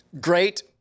Great